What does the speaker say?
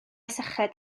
syched